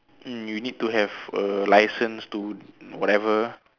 mm you need to have a license to whatever